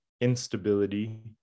instability